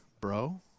bro